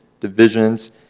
divisions